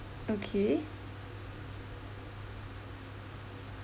okay